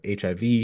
HIV